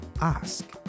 Ask